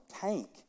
tank